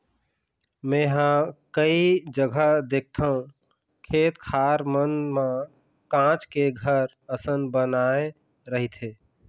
मेंहा कई जघा देखथव खेत खार मन म काँच के घर असन बनाय रहिथे